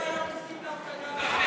כל היום עושים דווקא,